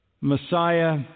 Messiah